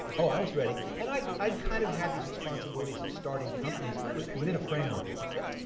oh i was ready, and i'd i'd kind of had these responsibilities of starting companies but within a framework. yeah